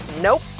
nope